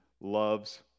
loves